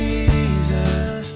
Jesus